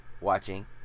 watching